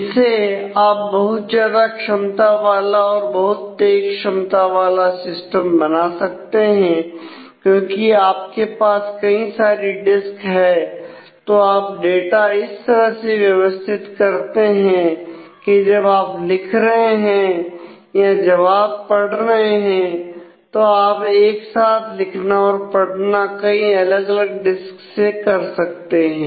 इससे आप बहुत ज्यादा क्षमता वाला और बहुत तेज क्षमता वाला सिस्टम बना सकते हैं क्योंकि आपके पास कई सारी डिस्क है तो आप डाटा इस तरह से व्यवस्थित करते हैं कि जब आप लिख रहे हैं या जवाब पढ़ रहे हैं तो आप एक साथ लिखना और पढ़ना कई अलग अलग डिस्क से कर सकते हैं